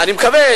אני מקווה,